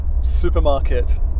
supermarket